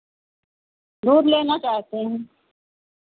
दूध लेना चाहते हैं